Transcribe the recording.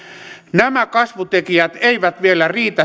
nämä kasvutekijät eivät vielä riitä